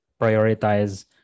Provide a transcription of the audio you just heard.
prioritize